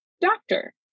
doctor